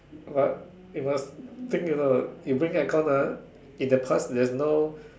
but you must think you know if you bring aircon ah in the past there's no